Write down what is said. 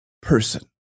person